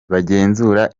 bagenzura